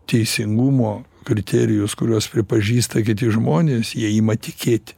teisingumo kriterijus kuriuos pripažįsta kiti žmonės jie ima tikėt